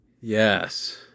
yes